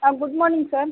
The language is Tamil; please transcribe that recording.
ah good morning sir